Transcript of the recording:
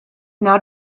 now